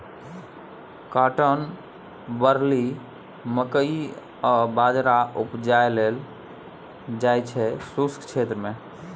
cotton, barley, मकइ आ बजरा उपजाएल जाइ छै शुष्क क्षेत्र मे